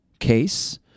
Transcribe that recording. case